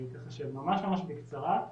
כך שממש בקצרה,